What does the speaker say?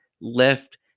left